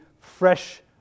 fresh